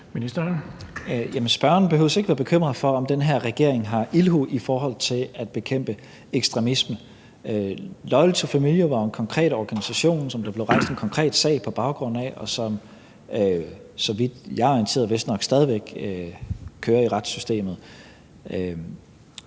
spørgeren behøver ikke at være bekymret for, om den her regering har ildhu i forhold til at bekæmpe ekstremisme. Loyal To Familia var jo en konkret organisation, som der blev rejst en konkret sag på baggrund af, som, så vidt jeg er orienteret, vistnok stadig væk kører i retssystemet.